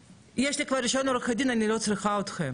כשיש לי כבר רישיון עורך דין אני לא צריכה אתכם,